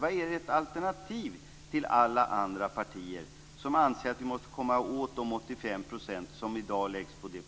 Vad är ert alternativ till alla andra partier som anser att vi måste komma åt de 85 % som i dag läggs på deponi?